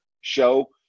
show